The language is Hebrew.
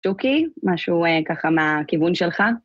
שוקי, משהו ככה מהכיוון שלך?